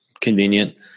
convenient